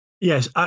Yes